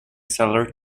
seller